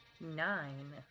Nine